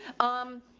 um,